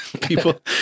People